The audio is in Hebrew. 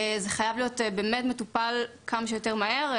זה חייב להיות מטופל כמה שיותר מהר.